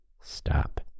stop